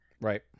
Right